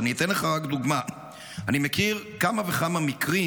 אני אתן לך רק דוגמה: אני מכיר כמה וכמה מקרים